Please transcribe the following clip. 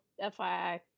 FYI